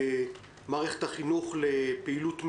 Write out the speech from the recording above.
לפעילות מלאה,